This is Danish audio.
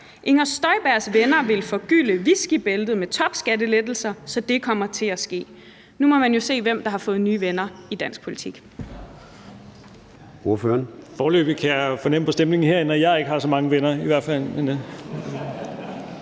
Inger Støjbergs venner vil forgylde Whiskeybæltet med topskattelettelser, så det kommer til at ske.« Nu må man jo se, hvem der har fået nye venner i dansk politik.